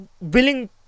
willing